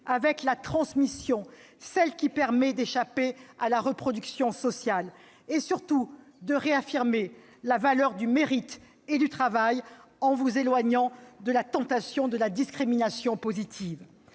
avec la transmission, celle qui permet d'échapper à la reproduction sociale, et, surtout, de réaffirmer la valeur du mérite et du travail, en vous éloignant de la tentation de la discrimination positive.